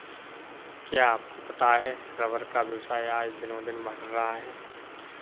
क्या आपको पता है रबर का व्यवसाय आज दिनोंदिन बढ़ रहा है?